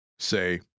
Say